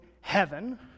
heaven